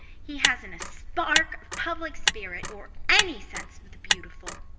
he hasn't a spark of public spirit or any sense of the beautiful.